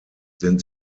denn